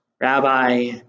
Rabbi